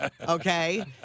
Okay